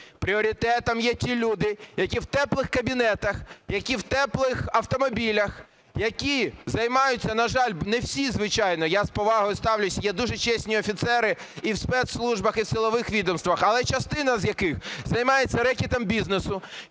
Пріоритетом є ті люди, які в теплих кабінетах, які в теплих автомобілях, які займаються, на жаль… Не всі, звичайно, я з повагою ставлюсь, є дуже чесні офіцери і в спецслужбах, і в силових відомствах. Але частина з яких займається рекетом бізнесу,